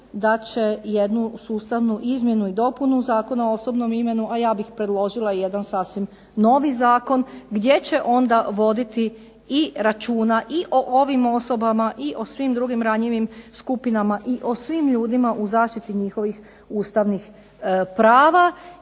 da će jednu sustavnu izmjenu i dopunu Zakona o osobnom imenu, a ja bih predložila jedan sasvim novi zakon gdje će onda voditi računa i ovim osobama i o svim drugim ranjivim skupinama i o svim ljudima o zaštiti njihovih ustavnih prava.